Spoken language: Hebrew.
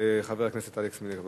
חבר הכנסת אלכס מילר.